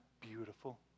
beautiful